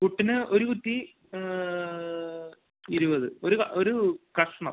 പുട്ടിന് ഒരു കുറ്റി ഇരുപത് ഒരു ഒരു കഷ്ണം